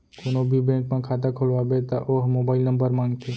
कोनो भी बेंक म खाता खोलवाबे त ओ ह मोबाईल नंबर मांगथे